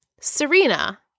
Serena